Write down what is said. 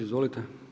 Izvolite.